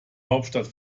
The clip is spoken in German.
hauptstadt